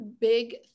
big